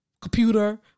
computer